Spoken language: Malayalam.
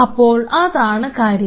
അപ്പോൾ അതാണ് കാര്യം